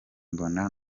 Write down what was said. mbona